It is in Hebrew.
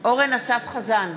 אורן אסף חזן,